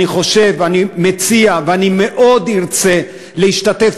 ואני חושב ואני מציע ואני מאוד ארצה להשתתף